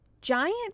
Giant